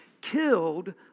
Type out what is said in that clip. killed